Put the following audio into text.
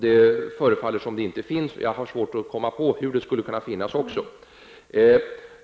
Det förefaller som om det inte finns något samband, och jag har svårt att förstå hur det skulle kunna finnas.